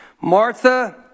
Martha